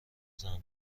زنبور